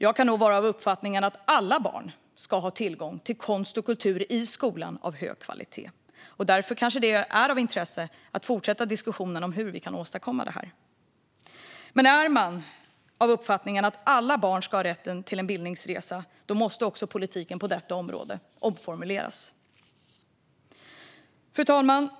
Jag kan nog vara av uppfattningen att alla barn ska ha tillgång till konst och kultur av hög kvalitet i skolan. Därför kanske det är av intresse att fortsätta diskussionen om hur vi kan åstadkomma det här. Är man av uppfattningen att alla barn ska ha rätt till en bildningsresa måste politiken på detta område omformuleras. Fru talman!